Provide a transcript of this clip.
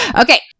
Okay